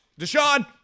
Deshaun